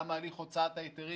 גם הליך הוצאת ההיתרים.